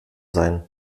sein